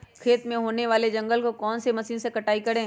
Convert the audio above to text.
खेत में होने वाले जंगल को कौन से मशीन से कटाई करें?